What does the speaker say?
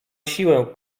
siłę